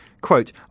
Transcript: Quote